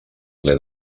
ple